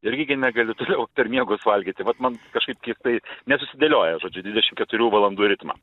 irgi negali toliau per miegus valgyti vat man kažkaip kitai nesusidėlioja žodžiu į dvidešimt keturių valandų ritmą